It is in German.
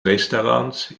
restaurants